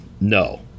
No